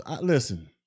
listen